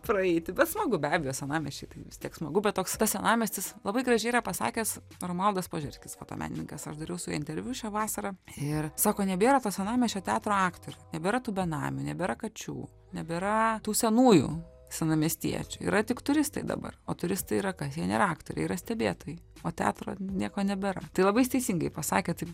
praeiti bet smagu be abejo senamiesčiai tai vis tiek smagu bet toks tas senamiestis labai gražiai yra pasakęs romualdas požerskis fotomenininkas aš dariau interviu šią vasarą ir sako nebėra to senamiesčio teatro aktorių nebėra tų benamių nebėra kačių nebėra tų senųjų senamiestiečių yra tik turistai dabar o turistai yra kas jie nėra aktoriai yra stebėtojai o teatro nieko nebėra tai labai jis teisingai pasakė taip